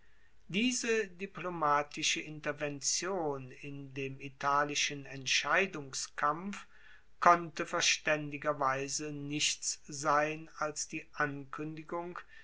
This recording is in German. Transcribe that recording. diese diplomatische intervention in dem italischen entscheidungskampf konnte verstaendigerweise nichts sein als die ankuendigung